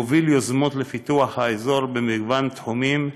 מוביל יוזמות לפיתוח האזור במגוון תחומים,